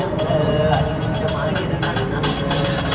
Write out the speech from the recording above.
Sir ನನ್ನ ಮಗಳಗಿ ರೊಕ್ಕ ಕಳಿಸಾಕ್ ಚಾರ್ಜ್ ಆಗತೈತೇನ್ರಿ?